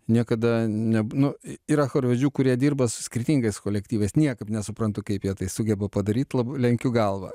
niekada neb nu yra chorvedžių kurie dirba su skirtingais kolektyvais niekaip nesuprantu kaip jie tai sugeba padaryt lab lenkiu galvą